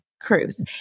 cruise